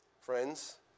Friends